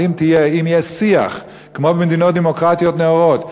אבל אם יהיה שיח כמו במדינות דמוקרטיות נאורות,